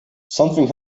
something